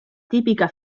tipica